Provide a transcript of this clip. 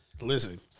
Listen